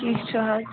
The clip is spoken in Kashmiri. ٹھیٖک چھُ حظ